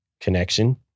connection